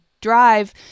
drive